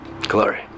Glory